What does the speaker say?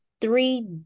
three